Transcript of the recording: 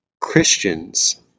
Christians